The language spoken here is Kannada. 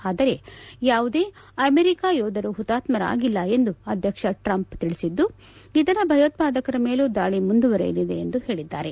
ಆದರೆ ಯಾವುದೇ ಅಮೆರಿಕ ಯೋಧರು ಪುತಾತ್ಮರಾಗಿಲ್ಲ ಎಂದು ಅಧ್ವಕ್ಷ ಟ್ರಂಪ್ ತಿಳಿಸಿದ್ದು ಇತರ ಭಯೋತ್ಪಾದಕರ ಮೇಲೂ ದಾಳಿ ಮುಂದುವರೆಯಲಿದೆ ಎಂದು ಹೇಳಿದ್ದಾರೆ